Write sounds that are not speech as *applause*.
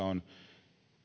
*unintelligible* on